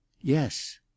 Yes